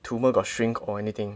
tumour got shrink or anything